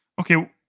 Okay